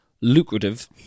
lucrative